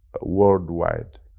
worldwide